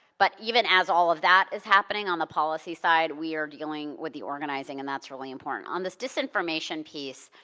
but even as all of that is happening on the policy side, we are dealing with the organizing, and that's really important. on this disinformation piece,